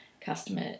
customer